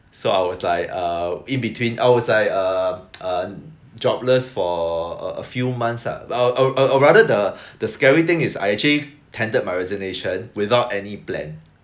so I was like uh in between I was like uh uh jobless for a a few months lah but uh uh or rather the scary thing is I actually tendered my resignation without any plan